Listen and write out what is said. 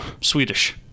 swedish